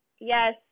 yes